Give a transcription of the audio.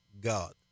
God